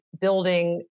building